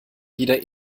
wieder